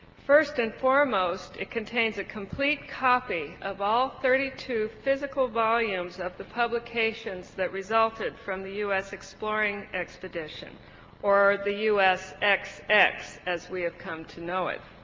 first and foremost it contains a complete copy of all thirty two physical volumes of the publications that resulted from the us exploring expedition or the u s. ex ex. as we have come to know it.